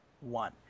one